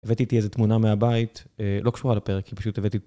הבאתי איזה תמונה מהבית, לא קשורה לפרק, היא פשוט הבאתי...